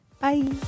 Bye